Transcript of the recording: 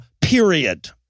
period